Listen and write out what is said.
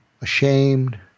ashamed